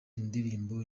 indirimbo